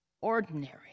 ordinary